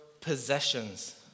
possessions